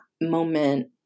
moment